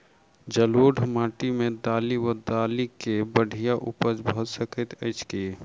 जलोढ़ माटि मे दालि वा दालि केँ बढ़िया उपज भऽ सकैत अछि की?